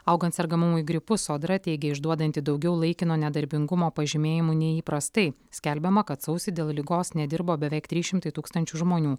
augant sergamumui gripu sodra teigė išduodanti daugiau laikino nedarbingumo pažymėjimų nei įprastai skelbiama kad sausį dėl ligos nedirbo beveik trys šimtai tūkstančių žmonių